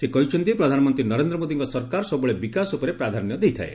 ସେ କହିଛନ୍ତି ପ୍ରଧାନମନ୍ତୀ ନରେନ୍ଦ୍ର ମୋଦୀଙ୍କ ସରକାର ସବୁବେଳେ ବିକାଶ ଉପରେ ପ୍ରାଧାନ୍ୟ ଦେଇଥାଏ